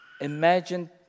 Imagine